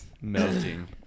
Melting